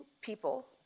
people